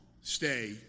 stay